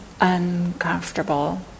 uncomfortable